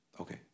Okay